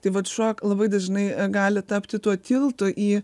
tai vat šuo labai dažnai gali tapti tuo tiltu į